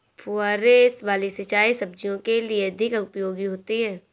फुहारे वाली सिंचाई सब्जियों के लिए अधिक उपयोगी होती है?